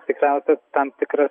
tiksliausias tam tikras